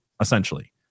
essentially